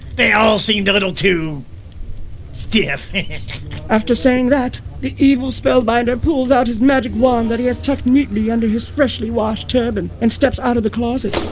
they all seemed a little too stiff after saying that the evil spellbinder pulls out his magic wand that he has tucked neatly under his freshly washed turban and steps out of the closet